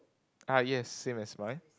uh yes same as mine